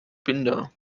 binder